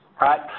right